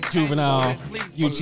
Juvenile